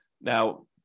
Now